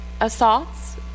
assaults